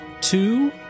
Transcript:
two